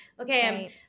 Okay